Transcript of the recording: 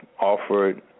offered